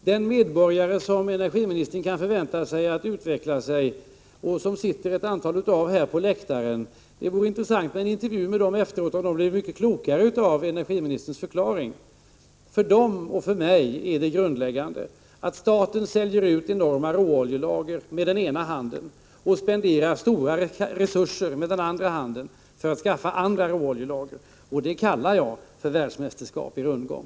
De medborgare som energiministern förväntar sig skall utveckla kunskaper och förståelse sitter det ett antal av här på läktaren. Det vore intressant att genom en intervju med dem efteråt få veta om de blev mycket klokare av energiministerns förklaring. För dem och för mig är det grundläggande att staten säljer ut enorma råoljelager med ena handen och spenderar stora resurser med den andra handen för att skaffa nya råoljelager. Det kallar jag för världsmästerskap i rundgång.